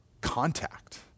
contact